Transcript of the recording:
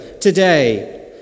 today